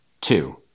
Two